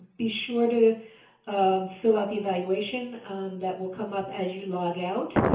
be sure to fill out the evaluation that will come up as you log out.